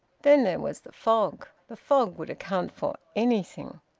then there was the fog. the fog would account for anything.